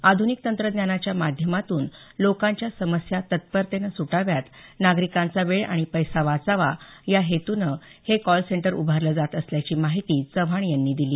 आध्निक तंत्रज्ञानाच्या माध्यमातून लोकांच्या समस्या तत्परतेने सुटाव्यात नागरिकांचा वेळ आणि पैसा वाचावा या हेतूने हे कॉलसेंटर उभारलं जात असल्याची माहिती चव्हाण यांनी दिली